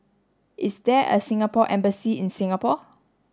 is there a Singapore embassy in Singapore